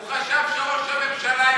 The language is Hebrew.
הוא חשב שראש הממשלה יענה.